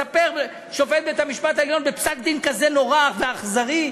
מספר שופט בית-המשפט העליון בפסק-דין כזה נורא ואכזרי,